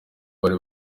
bari